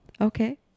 Okay